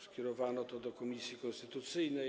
Skierowano to do komisji konstytucyjnej.